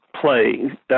play